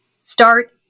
start